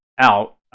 out